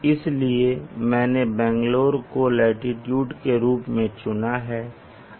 इसलिए मैंने बैंगलोर को लाटीट्यूड के रूप में चुना है